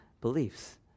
beliefs